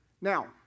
Now